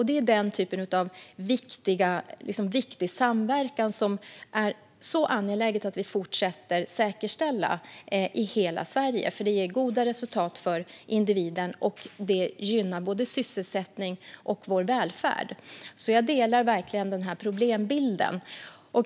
Det är den typen av viktig samverkan som det är angeläget att vi fortsätter säkerställa i hela Sverige. Det ger goda resultat för individen, och det gynnar både sysselsättningen och vår välfärd. Jag delar alltså verkligen den här problembilden.